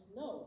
no